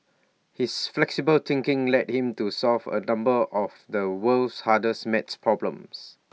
his flexible thinking led him to solve A number of the world's hardest maths problems